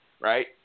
right